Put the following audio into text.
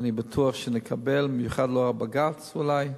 ואני בטוח שנקבל, במיוחד לאור הבג"ץ אולי.